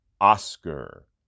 Oscar